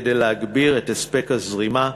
כדי להגביר את הספק הזרימה,